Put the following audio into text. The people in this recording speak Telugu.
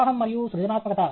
ప్రవాహం మరియు సృజనాత్మకత